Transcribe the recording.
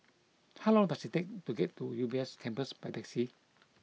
how long does it take to get to U B S Campus by taxi